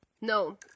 No